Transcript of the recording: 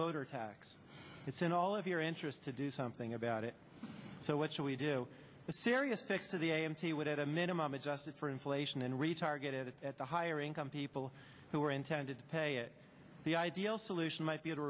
voter tax it's in all of your interest to do something about it so what should we do a serious fix to the a m t would at a minimum adjusted for inflation and retargeted at the higher income people who are intended to pay it the ideal solution might be